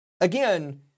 Again